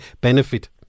benefit